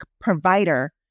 provider